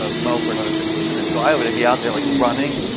ah mow for another fifteen minutes. so i would be out there like running,